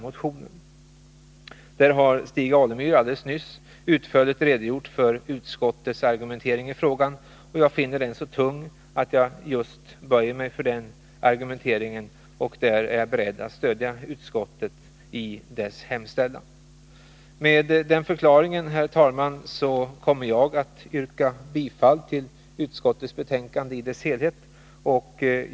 Stig Alemyr har alldeles nyss utförligt redogjort för utskottets argumentering i frågan, och jag finner den argumenteringen så tung att jag böjer mig för den och är beredd att stödja utskottet i dess hemställan. Herr talman! Med den förklaringen vill jag yrka bifall till utskottets betänkande i dess helhet.